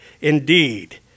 indeed